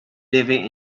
living